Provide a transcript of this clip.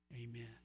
Amen